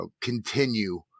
continue